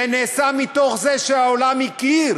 זה נעשה מתוך זה שהעולם הכיר